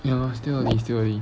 ya still early still early